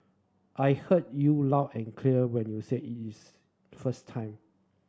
I heard you loud and clear when you said it is first time